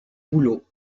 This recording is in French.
bouleaux